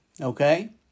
okay